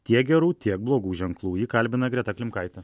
tiek gerų tiek blogų ženklų jį kalbina greta klimkaitė